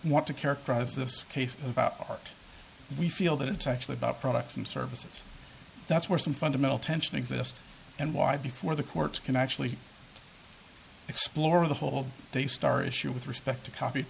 want to characterize this case about art we feel that it's actually about products and services that's where some fundamental tension exists and why before the courts can actually explore the whole they star issue with respect to copy